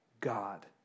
God